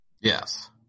Yes